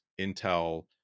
Intel